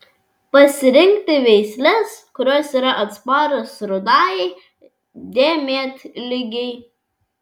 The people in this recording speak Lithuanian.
pasirinkti veisles kurios yra atsparios rudajai dėmėtligei